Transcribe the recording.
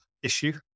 issue